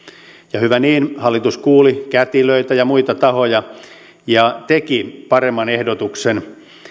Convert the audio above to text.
ja hyvä niin hallitus kuuli kätilöitä ja muita tahoja ja teki paremman ehdotuksen